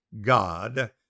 God